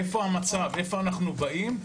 איפה המצב ומאיפה אנחנו באים.